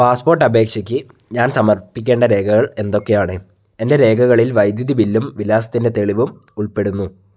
passport അപേക്ഷയ്ക്ക് ഞാൻ സമർപ്പിക്കേണ്ട രേഖകൾ എന്തൊക്കെയാണ് എൻ്റെ രേഖകളിൽ വൈദ്യുതി ബില്ലും വിലാസത്തിൻ്റെ തെളിവും ഉൾപ്പെടുന്നു